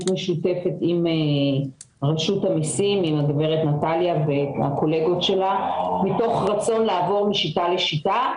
עם הגברת נטליה מתוך רצון לעבור משיטה לשיטה.